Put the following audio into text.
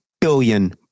billion